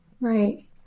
Right